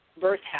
birth